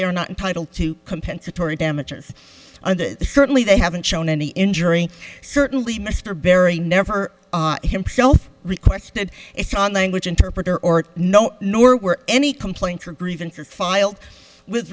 they are not entitled to compensatory damages and certainly they haven't shown any injury certainly mr barry never himself requested its own language interpreter or no nor were any complaints or grievances filed with